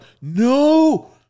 no